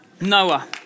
Noah